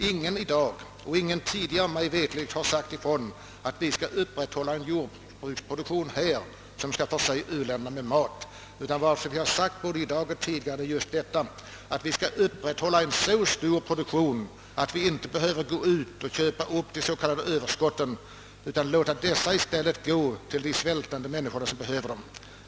Ingen har tidigare, mig veterligt, sagt att vi bör upprätthålla en jordbruksproduktion i Sverige som skall förse u-länderna med mat. Vad vi framhållit i dag liksom tidigare är just detta, att produktionen skall vara så stor att vi inte behöver gå ut på världsmarknaden och köpa upp de s.k. överskotten, utan i stället kan låta dessa gå till de svältande människorna som behöver dem.